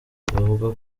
bavuga